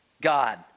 God